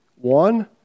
One